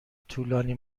طولانی